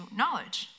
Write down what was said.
knowledge